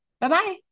Bye-bye